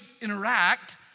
interact